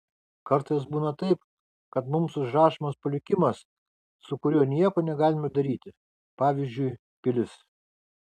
kartais būna taip kad mums užrašomas palikimas su kuriuo nieko negalime daryti pavyzdžiui pilis